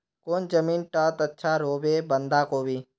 कौन जमीन टत अच्छा रोहबे बंधाकोबी?